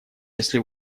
если